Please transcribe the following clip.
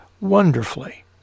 wonderfully